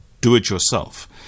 do-it-yourself